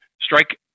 strike